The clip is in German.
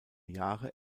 jahre